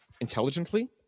intelligently